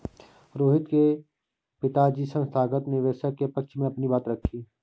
रोहित के पिताजी संस्थागत निवेशक के पक्ष में अपनी बात रखी